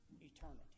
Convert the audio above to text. eternity